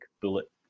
bullet